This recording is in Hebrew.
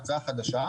העצה חדשה,